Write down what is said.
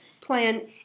Plan